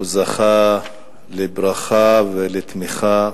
הוא זכה לברכה ולתמיכה